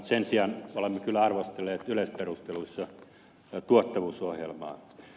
sen sijaan olemme kyllä arvostelleet yleisperusteluissa tuottavuusohjelmaa